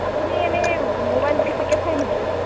আপুনি এনেই ম'বাইল বেছিকৈ চাই নেকি